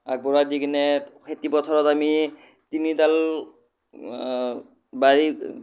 আগঢ়াই দি কিনে খেতি পথাৰত আমি তিনিডাল বাৰী